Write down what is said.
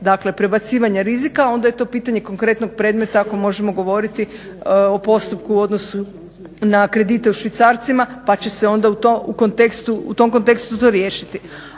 dakle prebacivanja rizika, onda je to pitanje konkretnog predmeta ako možemo govoriti o postupku u odnosu na kredite u švicarcima, pa će se onda to u tom kontekstu to riješiti.